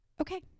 Okay